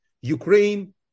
Ukraine